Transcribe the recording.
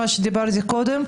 מה שדיברתי קודם,